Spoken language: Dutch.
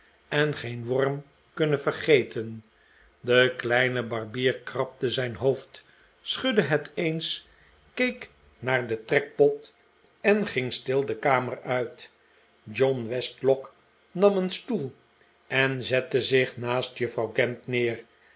en geen worm kunnen vergeten de kleine barbier krabde zijn hoofd schudde het eens keek naar den trekpot en ging stil de kamer uit john westlock nam een stoel en zette zich naast juffrouw gamp neer